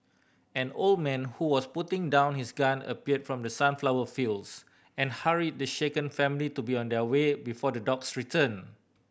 an old man who was putting down his gun appeared from the sunflower fields and hurried the shaken family to be on their way before the dogs return